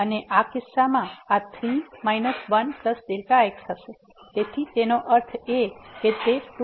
અને આ કિસ્સામાં આ 3 1 Δx હશે તેનો અર્થ એ કે તે 2 Δx છે